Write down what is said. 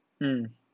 hmm